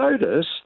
noticed